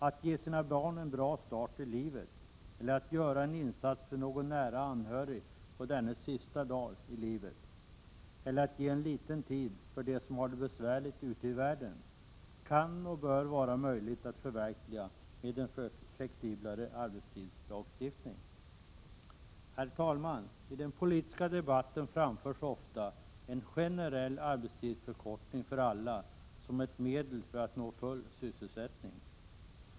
Att ge sina barn en bra start i livet, att göra en insats för någon nära anhörig under dennes sista dagar eller att avsätta litet tid för dem som har det besvärligt ute i världen är sådant som kan och bör vara möjligt att förverkliga med en flexiblare arbetstidslagstiftning. Herr talman! I den politiska debatten framställs ofta en generell arbetstidsförkortning för alla som ett medel att nå full sysselsättning.